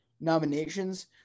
nominations